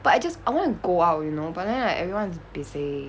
but I just I wanna go out you know but then like everyone's busy